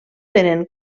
tenen